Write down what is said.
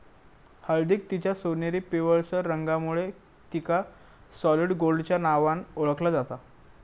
हळदीक तिच्या सोनेरी पिवळसर रंगामुळे तिका सॉलिड गोल्डच्या नावान ओळखला जाता